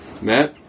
matt